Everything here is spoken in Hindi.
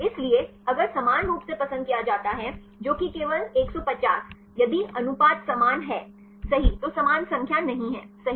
इसलिए अगर समान रूप से पसंद किया जाता है जो कि केवल 150 150 यदि अनुपात समान है सही तो समान संख्या नहीं है सही